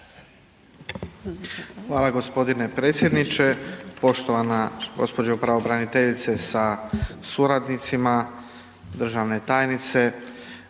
Hvala gospodine predsjedniče. Poštovana gospođo pravobraniteljice sa suradnicima, državne tajnice.